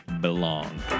belong